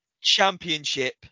Championship